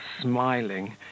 smiling